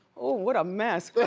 oh what a mess. but